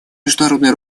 международное